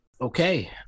Okay